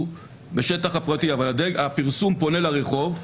בשטח הפרטי שלו אבל הפרסום פונה לרחוב,